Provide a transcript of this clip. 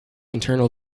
internal